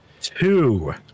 Two